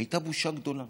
היה בושה גדולה.